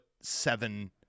seven